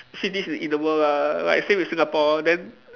cities in in the world lah like same as Singapore then